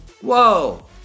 Whoa